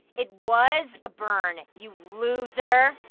it was a burn, you loser.